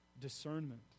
discernment